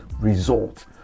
result